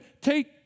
take